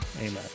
amen